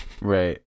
Right